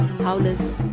Howlers